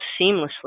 seamlessly